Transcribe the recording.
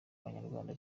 abanyarwanda